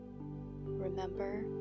Remember